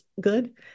good